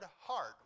heart